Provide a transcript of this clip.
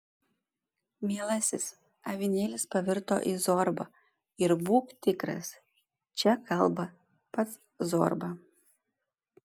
mielasis avinėlis pavirto į zorbą ir būk tikras čia kalba pats zorba